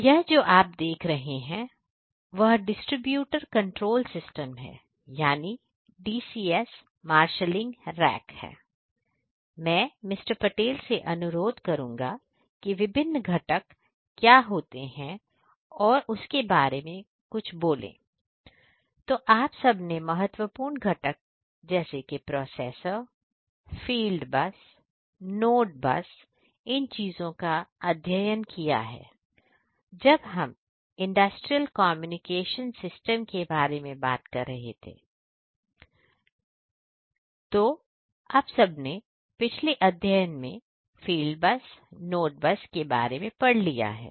तो यह जो आप देख रहे हैं वह डिस्ट्रीब्यूटर कंट्रोल सिस्टम के बारे में पढ़ लिया है